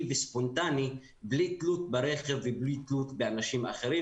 וספונטני בלי תלות ברכב ובלי תלות באנשים אחרים.